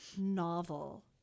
novel